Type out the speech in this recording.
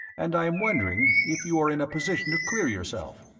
and i am wondering if you are in a position to clear yourself?